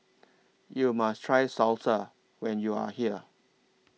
YOU must Try Salsa when YOU Are here